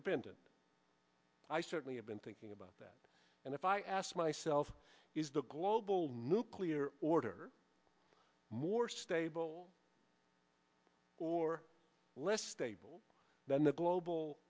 dependent i certainly have been thinking about that and if i ask myself is the global nuclear order more stable or less stable than the global